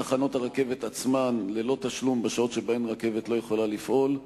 מתחנות הרכבת עצמן בשעות שבהן רכבת לא יכולה לפעול,